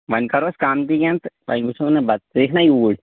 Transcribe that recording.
وۄنۍ کَرو أسۍ کَم تہِ کیٚنٛہہ تہٕ وۄنۍ وُچھو نا بَتہٕ ژٕ یِکھ نا یوٗرۍ